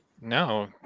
no